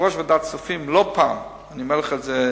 כיושב-ראש ועדת הכספים לא פעם, אני אומר לך את זה,